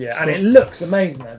yeah and it looks amazing.